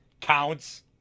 counts